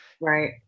Right